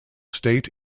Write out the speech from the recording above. state